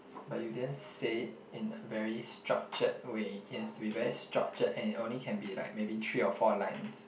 but you didn't say it in a very structured way it has to be very structured and it only can be like maybe three or four lines